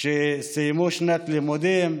שסיימו שנת לימודים.